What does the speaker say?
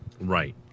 Right